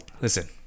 listen